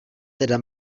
teda